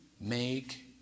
make